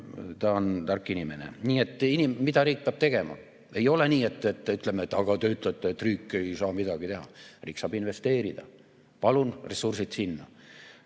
ta on tark inimene. Nii et mida riik peab tegema? Ei ole nii, et me ütleme: "Aga te ütlete, et riik ei saa midagi teha." Riik saab investeerida. Palun, ressursid sinna,